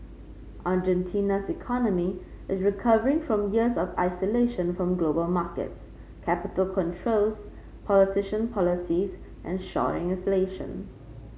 Argentina's economy is recovering from years of isolation from global markets capital controls protectionist policies and soaring inflation